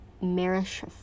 Marish